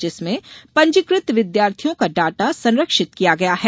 जिसमें पंजीकृत विद्यार्थियों का डाटा संरक्षित किया गया है